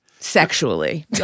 Sexually